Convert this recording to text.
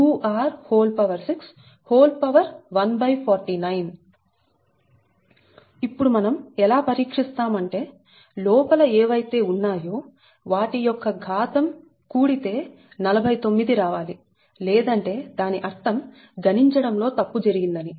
6149 ఇప్పుడు మనం ఎలా పరిక్షిస్తాము అంటే లోపల ఏవైతే ఉన్నాయో వాటి యొక్క ఘాతం కూడితే 49 రావాలి లేదంటే దాని అర్థం గణించుట లో తప్పు జరిగిందని